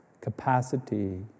capacity